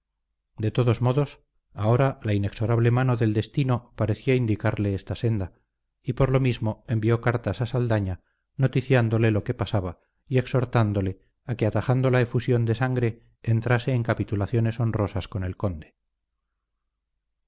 de todos modos ahora la inexorable mano del destino parecía indicarle esta senda y por lo mismo envió cartas a saldaña noticiándole lo que pasaba y exhortándole a que atajando la efusión de sangre entrase en capitulaciones honrosas con el conde